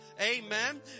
Amen